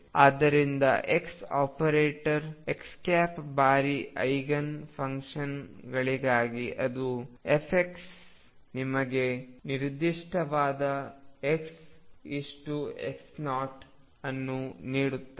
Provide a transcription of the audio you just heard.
ಆದ್ದರಿಂದ x operator x ಬಾರಿ eigen ಫಂಕ್ಷನ್ಗಳಿಗಾಗಿ ಅದು f ನಿಮಗೆ ನಿರ್ದಿಷ್ಟವಾದ xx0 ಅನ್ನು ನೀಡುತ್ತದೆ